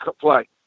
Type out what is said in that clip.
play